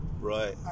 Right